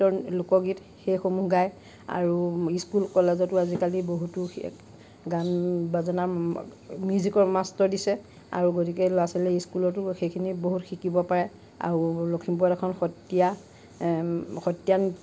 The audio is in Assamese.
ত লোকগীত সেইসমূহ গায় আৰু স্কুল কলেজতো আজিকালি বহুতো সেই গান বাজানা মিউজিকৰ মাষ্টৰ দিছে আৰু গতিকে ল'ৰা ছোৱালীয়ে স্কুলতো সেইখিনি বহুত শিকিব পাৰে আৰু লখিমপুৰত এখন সত্ৰীয়া সত্ৰীয়া নৃত্য়